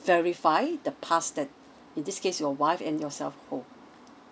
verify the pass that in this case your wife and yourself hold